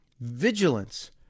Vigilance